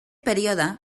període